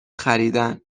خریدن